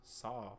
saw